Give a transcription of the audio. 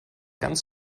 ganz